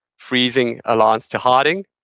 freezing aligns to hiding,